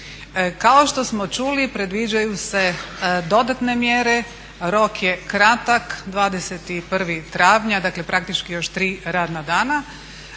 Kao što smo čuli predviđaju se dodatne mjere, rok je kratak, 21. travnja, dakle praktički još tri radna dana,